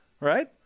right